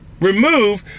remove